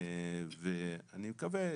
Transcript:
ואני מקווה,